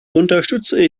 unterstütze